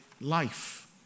life